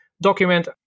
document